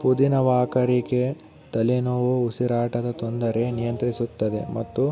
ಪುದಿನ ವಾಕರಿಕೆ ತಲೆನೋವು ಉಸಿರಾಟದ ತೊಂದರೆ ನಿಯಂತ್ರಿಸುತ್ತದೆ ಮತ್ತು